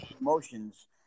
emotions